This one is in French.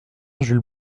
jules